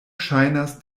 ŝajnas